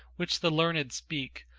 which the learned speak,